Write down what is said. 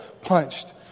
punched